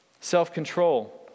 Self-control